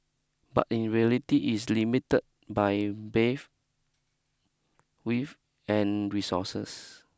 but in reality it is limited by bathe width and resources